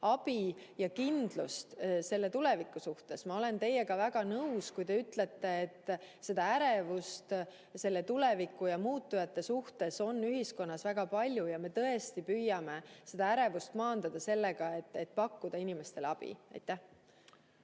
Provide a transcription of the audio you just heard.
abi ja kindlust tuleviku suhtes. Ma olen teiega väga nõus, kui te ütlete, et ärevust tuleviku ja muutujate suhtes on ühiskonnas väga palju, ja me tõesti püüame seda ärevust maandada, pakkudes inimestele abi. Peeter